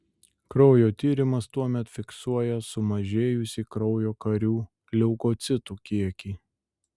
kraujo tyrimas tuomet fiksuoja sumažėjusį kraujo karių leukocitų kiekį